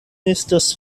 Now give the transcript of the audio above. estas